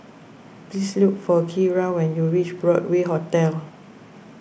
please look for Kiera when you reach Broadway Hotel